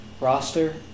roster